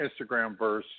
Instagramverse